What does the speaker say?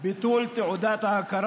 כמו שאתה יודע